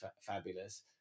fabulous